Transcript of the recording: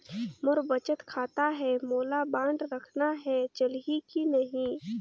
मोर बचत खाता है मोला बांड रखना है चलही की नहीं?